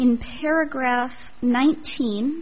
in paragraph nineteen